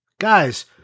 guys